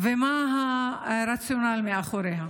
מה הרציונל מאחוריה?